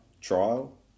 trial